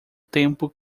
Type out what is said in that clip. tempo